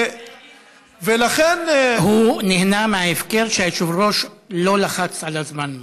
הוא נהנה מההפקר שהיושב-ראש לא לחץ על הזמן.